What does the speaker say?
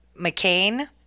McCain